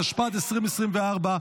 התשפ"ד-2024,